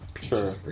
Sure